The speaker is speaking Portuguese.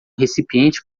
recipiente